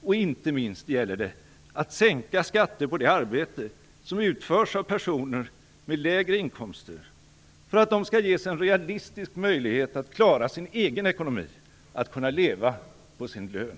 Och inte minst gäller det att sänka skatter på det arbete som utförs av personer med lägre inkomster för att dessa skall ges en realistisk möjlighet att klara sin egen ekonomi - att kunna leva på sin lön!